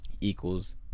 Equals